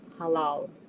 halal